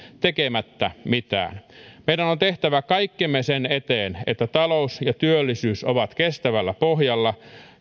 tekemättä mitään meidän on tehtävä kaikkemme sen eteen että talous ja työllisyys ovat kestävällä pohjalla